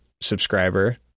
subscriber